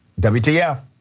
WTF